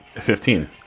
Fifteen